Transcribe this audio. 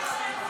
מוותרים.